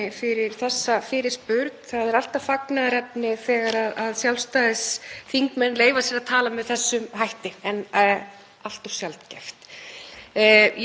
Ég tek undir þessar hugmyndir hv. þingmanns og áhyggjur af því hver þróunin er að verða hjá ríkinu að þessu leyti og hver staða einkageirans er gagnvart hinu